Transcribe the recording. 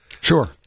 Sure